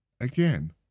Again